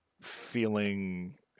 feeling